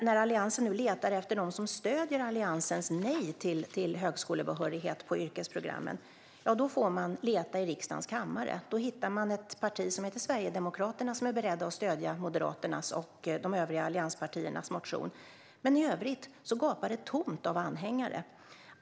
När Alliansen nu letar efter någon som stöder Alliansens nej till högskolebehörighet på yrkesprogrammen får man leta i riksdagens kammare. Då hittar man ett parti som heter Sverigedemokraterna som är berett att stödja Moderaternas och de övriga allianspartiernas motion, men i övrigt gapar det tomt av anhängare.